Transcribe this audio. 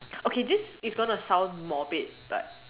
okay this is gonna sound morbid but